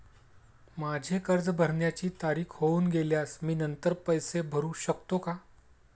माझे कर्ज भरण्याची तारीख होऊन गेल्यास मी नंतर पैसे भरू शकतो का?